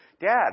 Dad